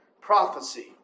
prophecy